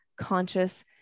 conscious